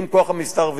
עם כוח המסתערבים,